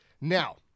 Now